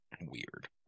weird